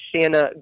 Shanna